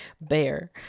bear